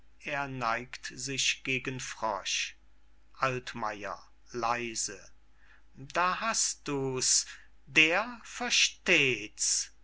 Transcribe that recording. er neigt sich gegen frosch altmayer leise da hast du's der versteht's